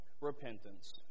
repentance